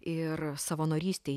ir savanorystei